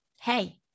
Hey